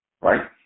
right